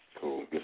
Cool